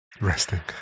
Resting